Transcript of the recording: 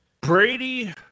Brady